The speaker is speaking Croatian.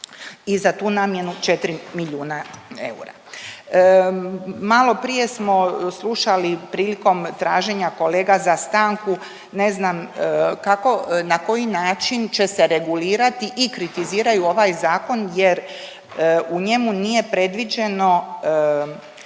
i za tu namjenu 4 milijuna eura. Maloprije smo slušali prilikom tražnja kolega za stanku, ne znam kako, na koji način će se regulirati i kritiziraju ovaj zakon jer u njemu nije predviđeno